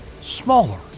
smaller